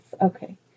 okay